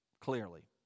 clearly